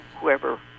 whoever